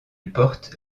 porte